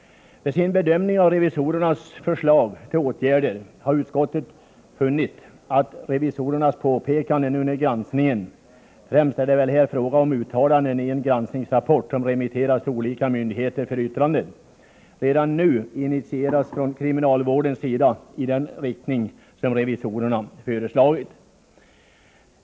Vid sin bedömning av revisorernas förslag till åtgärder har utskottet funnit att revisorernas påpekanden under granskningen — främst är det väl här fråga 59 om uttalanden i en granskningsrapport som remitterats till olika myndigheter för yttranden — redan nu initierats från kriminalvårdens sida på det sätt som revisorerna har föreslagit.